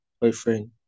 boyfriend